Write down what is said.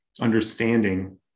understanding